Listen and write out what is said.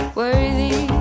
worthy